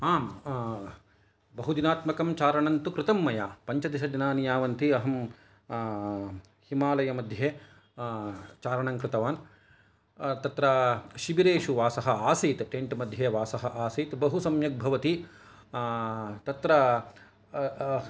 आं बहुदिनात्मकं चारणं तु कृतं मया पञ्चदशदिनानि यावन्ति अहं हिमालयमध्ये चारणं कृतवान् तत्र शिबिरेषु वासः आसीत् टेन्ट् मध्ये वासः आसीत् बहु सम्यक् भवति तत्र